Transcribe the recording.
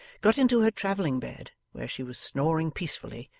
got into her travelling bed, where she was snoring peacefully,